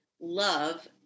love